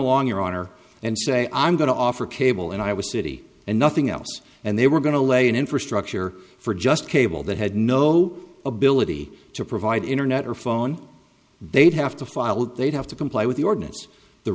along your honor and say i'm going to offer cable and i was city and nothing else and they were going to lay an infrastructure for just cable that had no ability to provide internet or phone they'd have to file it they'd have to comply with the ordinance the